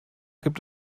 gibt